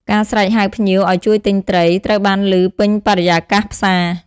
ការស្រែកហៅភ្ញៀវឱ្យជួយទិញត្រី ត្រូវបានឮពេញបរិយាកាសផ្សារ។